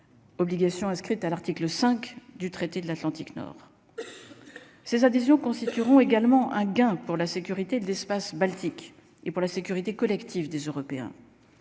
Obligation inscrite à l'article 5 du traité de l'Atlantique nord, ces adhésions constitueront également un gain pour la sécurité de l'espace Baltique et pour la sécurité collective des Européens,